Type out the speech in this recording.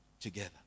together